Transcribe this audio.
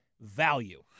value